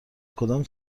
کدام